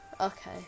Okay